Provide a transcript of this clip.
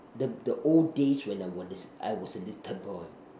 the the old days when I was I was a little boy